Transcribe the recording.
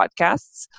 podcasts